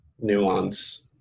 nuance